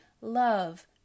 love